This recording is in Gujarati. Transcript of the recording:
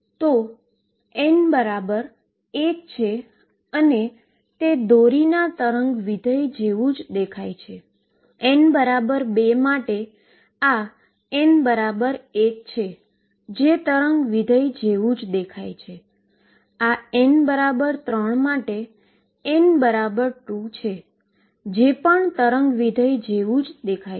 તેથી આ એક બીજું ઉદાહરણ છે જ્યાં વેવનું સમીકરણ E ℏω પહેલેથી જ જાણીતા હોઈ એ તો તે પરિણામ આપે છે